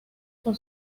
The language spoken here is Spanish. por